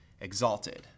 exalted